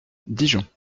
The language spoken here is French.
dijon